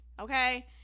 okay